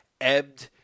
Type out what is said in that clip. ebbed